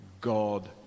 God